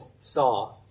saw